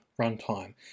runtime